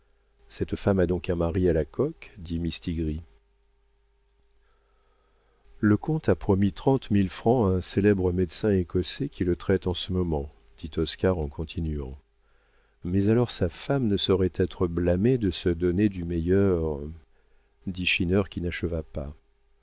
cette femme a donc un mari à la coque dit mistigris le comte a promis trente mille francs à un célèbre médecin écossais qui le traite en ce moment dit oscar en continuant mais alors sa femme ne saurait être blâmée de se donner du meilleur dit schinner qui n'acheva pas